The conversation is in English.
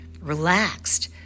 relaxed